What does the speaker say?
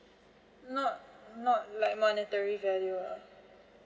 not not like monetary value ah